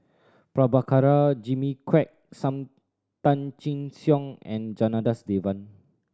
Prabhakara Jimmy Quek Sam Tan Chin Siong and Janadas Devan